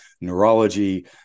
neurology